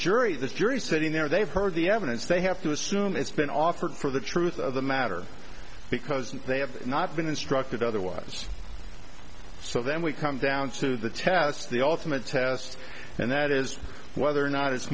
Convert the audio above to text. jury the jury sitting there they've heard the evidence they have to assume it's been offered for the truth of the matter because they have not been instructed otherwise so then we come down to the test the ultimate test and that is whether or not it's